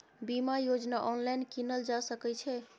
बीमा योजना ऑनलाइन कीनल जा सकै छै?